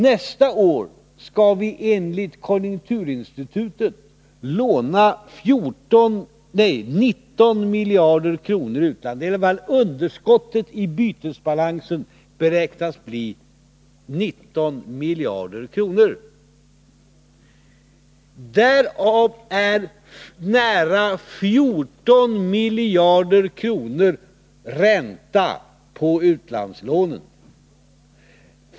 Nästa år skall vi enligt konjunkturinstitutet låna 19 miljarder kronor i utlandet — dvs. underskottet i bytesbalansen beräknas bli 19 miljarder kronor — och därav är nära 14 miljarder ränta på utlandslånen.